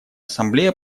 ассамблея